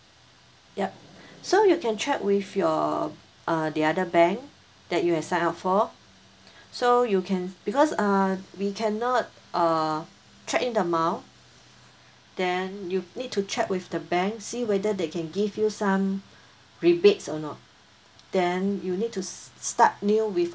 yup so you can check with your uh the other bank that you have signed up for so you can because err we cannot err check in the mile then you need to check with the bank see whether they can give you some rebates or not then you need to start new with